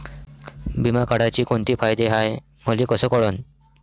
बिमा काढाचे कोंते फायदे हाय मले कस कळन?